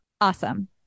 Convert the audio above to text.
Awesome